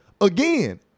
again